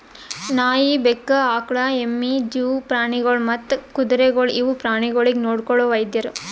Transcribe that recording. ನಾಯಿ, ಬೆಕ್ಕ, ಆಕುಳ, ಎಮ್ಮಿ, ಜೂ ಪ್ರಾಣಿಗೊಳ್ ಮತ್ತ್ ಕುದುರೆಗೊಳ್ ಇವು ಪ್ರಾಣಿಗೊಳಿಗ್ ನೊಡ್ಕೊಳೋ ವೈದ್ಯರು